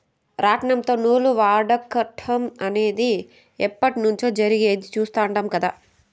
రాట్నంతో నూలు వడకటం అనేది ఎప్పట్నుంచో జరిగేది చుస్తాండం కదా